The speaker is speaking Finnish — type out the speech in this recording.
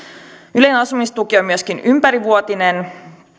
yleinen asumistuki on myöskin ympärivuotinen